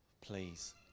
please